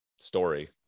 story